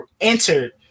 entered